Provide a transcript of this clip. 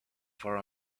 for